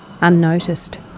unnoticed